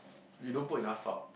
you don't put enough salt